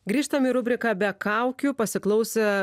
grįžtam į rubriką be kaukių pasiklausę